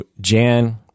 Jan